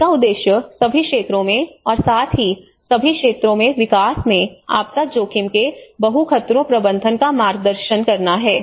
इसका उद्देश्य सभी क्षेत्रों में और साथ ही सभी क्षेत्रों में विकास में आपदा जोखिम के बहु खतरों प्रबंधन का मार्गदर्शन करना है